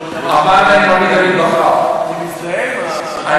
אמר רבי דוד בכר: אני,